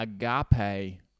Agape